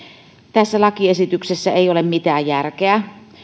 tässä lakiesityksessä ei ole mitään järkeä